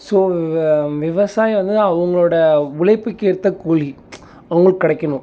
so விவசாயம் வந்து அவங்களோட உழைப்புக்கேற்ற கூலி அவங்களுக்கு கிடைக்கணும்